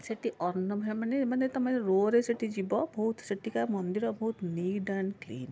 ସେଇଠି ଅନ୍ନ ଭା ମାନେ ମାନେ ତୁମେ ରୋରେ ସେଇଠି ଯିବ ବହୁତ ସେଠିକା ମନ୍ଦିର ବହୁତ ନିଟ ଆଣ୍ଡ କ୍ଲିନ